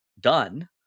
done